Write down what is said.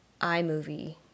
iMovie